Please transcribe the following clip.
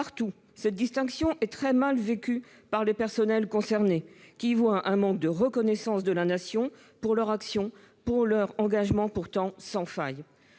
cette distinction est très mal vécue par les personnels concernés, qui y voient un manque de reconnaissance de la Nation pour leur action, leur engagement pourtant sans faille,